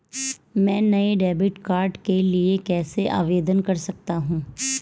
मैं नए debit card के लिए कैसे आवेदन कर सकता हूँ?